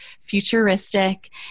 futuristic